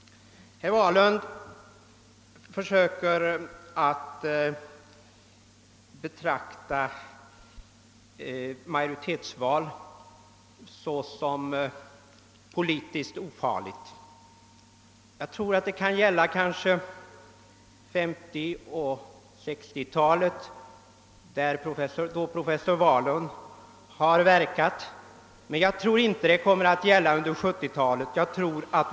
Herr Wahlund betraktar inte majoritetsval som möjlig politik. Det tror jag möjligen kunde gälla för 1950 och 1960-talen, då herr Wahlund verkade, men jag tror inte att det kommer att gälla under 1970-talet.